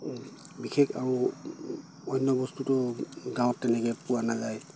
বিশেষ আৰু অন্য বস্তুটো গাঁৱত তেনেকৈ পোৱা নাযায়